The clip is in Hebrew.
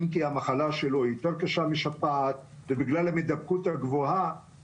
אל תאפשרו לקחת ולמסמס הבטחות עבר שנגעו בארבעה עולמות